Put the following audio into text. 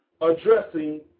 addressing